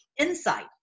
insight